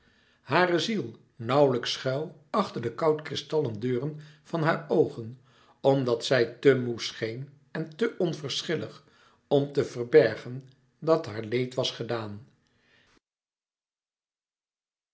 hare ziel nauwlijks schuil achter de koud kristallen deuren van haar oogen omdat zij te moê scheen en te onlouis couperus metamorfoze verschillig om te verbergen dat haar leed was gedaan